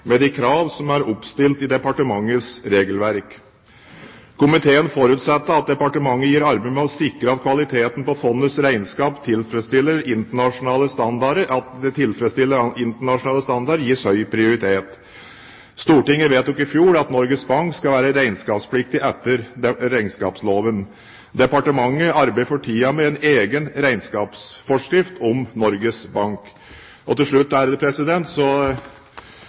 med de krav som er oppstilt i departementets regelverk. Komiteen forutsetter at departementet gir arbeidet med å sikre at kvaliteten på fondets regnskap tilfredsstiller internasjonale standarder, gis høy prioritet. Stortinget vedtok i fjor at Norges Bank skal være regnskapspliktig etter regnskapsloven. Departementet arbeider for tiden med en egen regnskapsforskrift om Norges Bank. Til slutt